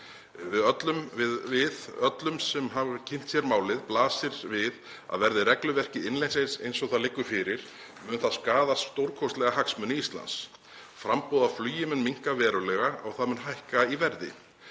Við öllum sem hafa kynnt sér málið blasir við að verði regluverkið innleitt eins og það liggur fyrir mun það skaða stórkostlega hagsmuni Íslands. Framboð á flugi mun minnka verulega og það mun hækka í verði.